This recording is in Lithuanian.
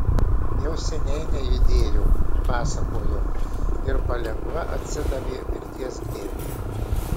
jau seniai nejudėjo pasakojo ir palengva atsidavė mirties glėbiui